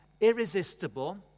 irresistible